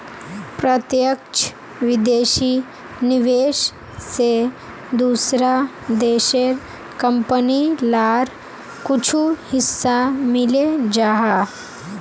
प्रत्यक्ष विदेशी निवेश से दूसरा देशेर कंपनी लार कुछु हिस्सा मिले जाहा